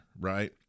right